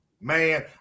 man